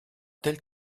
tel